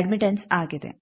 admittance ಆಗಿದೆ